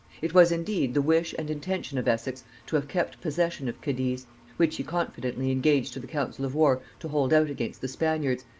it was indeed the wish and intention of essex to have kept possession of cadiz which he confidently engaged to the council of war to hold out against the spaniards,